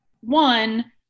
one